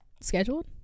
scheduled